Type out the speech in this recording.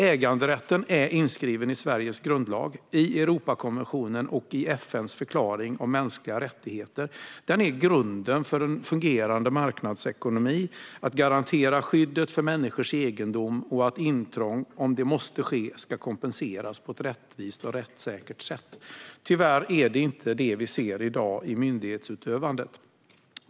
Äganderätten är inskriven i Sveriges grundlag, i Europakonventionen och i FN:s förklaring om mänskliga rättigheter. Grunden för en fungerande marknadsekonomi är att garantera skyddet för människors egendom. Om intrång måste ske ska de kompenseras på ett rättvist och rättssäkert sätt. Tyvärr är det inte det vi ser i dag i myndighetsutövandet.